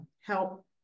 help